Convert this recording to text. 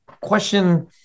question